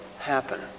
happen